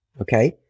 Okay